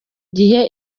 gihe